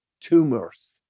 tumors